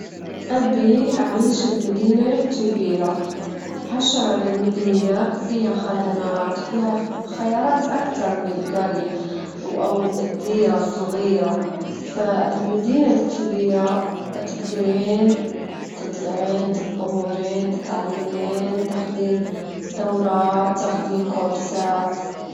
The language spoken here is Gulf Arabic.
الهاتف إذا تبغين تجربينه، جربي إعادة تشغيل الهاتف، تضغطين على زر التشغيل لفترة طويلة، إذ ما صار شي حاولي تفتحي الهاتف وأنتي على وضع الشحن، إذ مازال ما يشتغل، جربي إعادة ضبط المصنع، أو تروحين لمركز الخدمة.